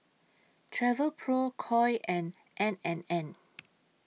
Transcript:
Travelpro Koi and N and N